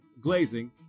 glazing